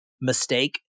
mistake